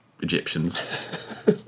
Egyptians